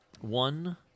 One